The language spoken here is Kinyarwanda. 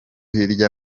hirya